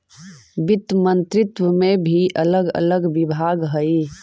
वित्त मंत्रित्व में भी अलग अलग विभाग हई